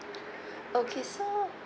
okay so